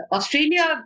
Australia